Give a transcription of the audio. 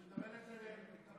הוא יקבל את זה עם קבלות?